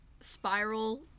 Spiral